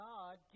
God